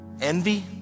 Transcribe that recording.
Envy